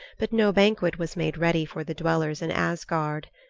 but no banquet was made ready for the dwellers in asgard.